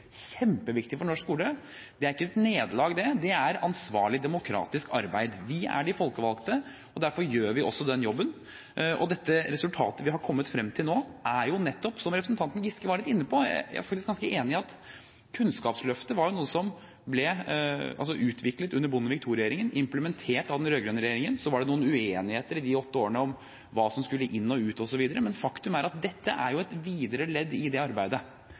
kjempeviktig for norsk skole – er et nederlag. Det er det ikke, det er ansvarlig demokratisk arbeid. Vi er de folkevalgte, derfor gjør vi også den jobben, og dette er resultatet vi er kommet frem til nå. Som representanten Giske var litt inne på – og jeg er faktisk ganske enig – er Kunnskapsløftet noe som ble utviklet under Bondevik II-regjeringen og implementert av den rød-grønne regjeringen. Så var det i de åtte årene noen uenigheter om hva som skulle inn og ut osv., men faktum er at dette er et ledd i det videre arbeidet.